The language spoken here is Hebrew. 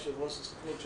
יושב-ראש הסוכנות,